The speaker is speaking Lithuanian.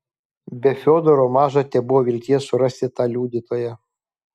be fiodoro maža tebuvo vilties surasti tą liudytoją